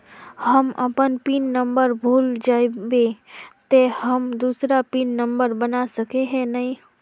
हम अपन PIN number भूल जयबे ते हम दूसरा पिन नंबर बना सके है नय?